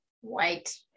white